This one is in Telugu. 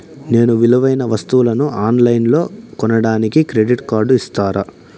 నేను విలువైన వస్తువులను ఆన్ లైన్లో కొనడానికి క్రెడిట్ కార్డు ఇస్తారా?